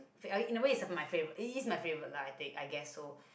fa~ in a way is my favourite it is my favourite lah I take I guess so